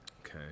okay